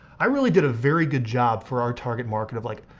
i really did a very good job for our target market of like,